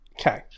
Okay